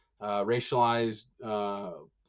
racialized